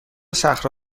صخره